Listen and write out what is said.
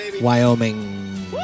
Wyoming